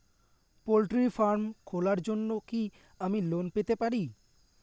Poultry farm খোলার জন্য কি আমি লোন পেতে পারি?